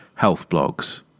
healthblogs